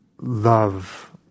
love